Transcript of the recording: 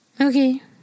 Okay